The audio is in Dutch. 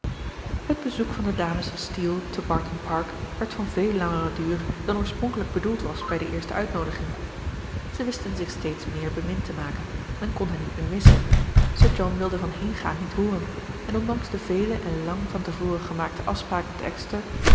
het bezoek van de dames steele te barton park werd van veel langeren duur dan oorspronkelijk bedoeld was bij de eerste uitnoodiging ze wisten zich steeds meer bemind te maken men kon hen niet meer missen sir john wilde van heengaan niet hooren en ondanks de vele en lang van te voren gemaakte afspraken